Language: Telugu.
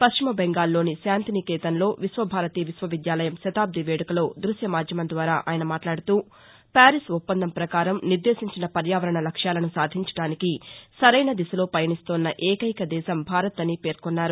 పశ్చిమబెంగాల్లోని శాంతినికేతన్లో విశ్వ భారతి విశ్వ విద్యాలయం శతాబ్ది వేదుకలో ద్భశ్యమాధ్యమం ద్వారా ఆయన మాట్లాడుతూ పారిస్ ఒప్పందం పకారం నిర్దేశించిన పర్యావరణ లక్ష్యాలను సాధించడానికి సరైన దిశలో పయనిస్తోన్న ఏకైక దేశం భారత్ అని పేర్కొన్నారు